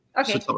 Okay